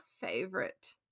favorite